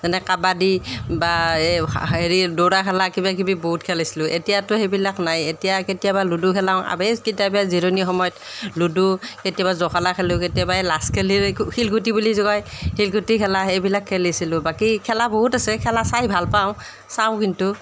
যেনে কাবাদী বা এ হেৰি দৌৰা খেলা কিবাকিবি বহুত খেলিছিলোঁ এতিয়াতো সেইবিলাক নাই এতিয়া কেতিয়াবা লুডু খেলাও কেতিয়াবা জিৰণি সময়ত লুডু কেতিয়াবা জখলা খেলোঁ কেতিয়াবা এই শিলগুটি বুলি যে কয় শিলগুটি খেলা সেইবিলাক খেলিছিলোঁ বাকী খেলা বহুত আছে খেলা চাই ভাল পাওঁ চাওঁ কিন্তু